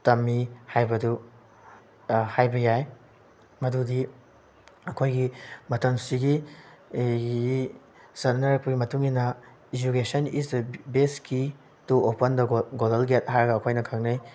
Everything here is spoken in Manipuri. ꯇꯝꯃꯤ ꯍꯥꯏꯕꯗꯨ ꯍꯥꯏꯕ ꯌꯥꯏ ꯃꯗꯨꯗꯤ ꯑꯩꯈꯣꯏꯒꯤ ꯃꯇꯝꯁꯤꯒꯤ ꯆꯠꯅꯔꯛꯄꯒꯤ ꯃꯇꯨꯡ ꯏꯟꯅ education is the best key to open the golden gate ꯍꯥꯏꯔꯒ ꯑꯩꯈꯣꯏꯅ ꯈꯪꯅꯩ